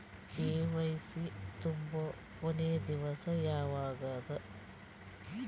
KYC ತುಂಬೊ ಕೊನಿ ದಿವಸ ಯಾವಗದ?